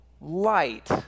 light